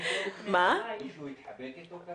--- מישהו התחבק איתו?